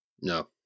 No